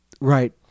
Right